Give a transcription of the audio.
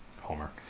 Homer